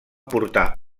portar